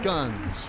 Guns